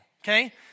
okay